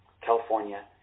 California